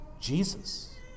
Jesus